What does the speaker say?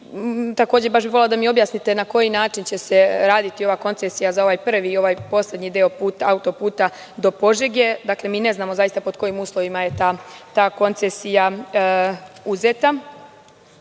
bih da mi objasnite na koji način će se raditi ovaj koncesija za ovaj prvi i ovaj poslednji deo auto-puta do Požege. Dakle, mi ne znamo pod kojim uslovima je ta koncesija uzeta. Pored